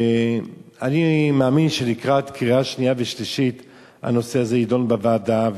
אני מאמין שלקראת הקריאה השנייה והשלישית הנושא הזה יידון בוועדה.